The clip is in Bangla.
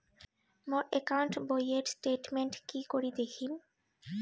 মোর একাউন্ট বইয়ের স্টেটমেন্ট কি করি দেখিম?